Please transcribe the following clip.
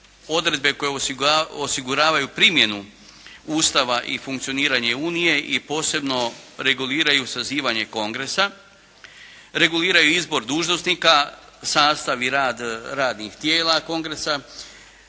odredbe koje osiguravaju primjenu Ustava i funkcioniranje Unije i posebno reguliraju sazivanje Kongresa, reguliraju izbor dužnosnika, sastav i rad radnih tijela Kongresa,